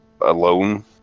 alone